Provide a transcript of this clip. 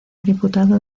diputado